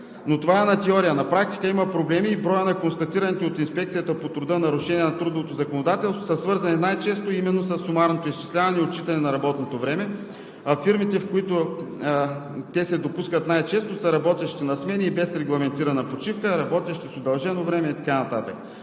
Но това е на теория. На практика има проблеми и констатираните от Инспекцията по труда нарушения на трудовото законодателство са свързани най-често именно със сумарното изчисляване и отчитане на работното време. Фирмите, в които те се допускат най-често, са работещи на смени и без регламентирана почивка, работещи с удължено време и така